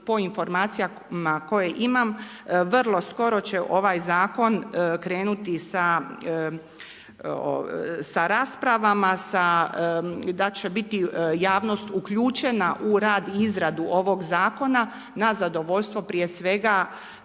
po informacijama koje imam, vrlo skoro će ovaj zakon krenuti sa raspravama, da će biti javnost uključena u rad i izradu ovog zakona, na zadovoljstvo, prije svega